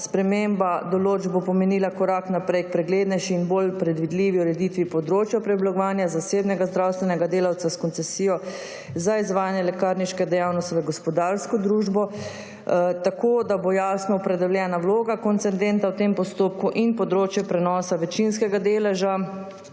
Sprememba določb bo pomenila korak naprej k preglednejši in bolj predvidljivi ureditvi področja preoblikovanja zasebnega zdravstvenega delavca s koncesijo za izvajanje lekarniške dejavnosti v gospodarsko družbo, tako da bo jasno opredeljena vloga koncedenta v tem postopku in področje prenosa večinskega deleža